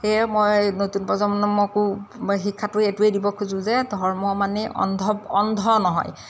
সেয়ে মই নতুন প্ৰজনন্মকো শিক্ষাটো এইটোৱে দিব খোজোঁ যে ধৰ্ম মানে অন্ধ অন্ধ নহয়